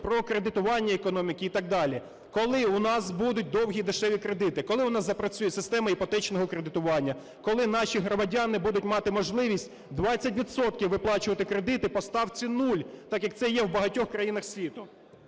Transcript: про кредитування економіки і так далі. Коли у нас будуть довгі дешеві кредити? Коли у нас запрацює система іпотечного кредитування? Коли наші громадяни будуть мати можливість 20 відсотків виплачувати кредити по ставці нуль – так, як це є в багатьох країнах світу?